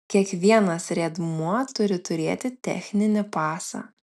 kiekvienas riedmuo turi turėti techninį pasą